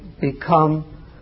become